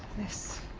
this.